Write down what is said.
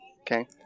Okay